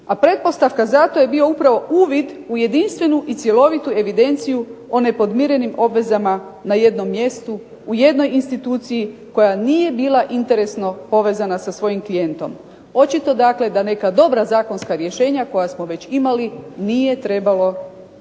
A pretpostavka je zapravo bio uvid u jedinstvenu i cjelovitu evidenciju o nepodmirenim obvezama na jednom mjestu u jednoj instituciji koja nije bila interesno povezana sa svojim klijentom. Očito dakle da neka dobra zakonska rješenja koja smo imali nije trebalo ukidati